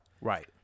Right